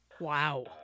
Wow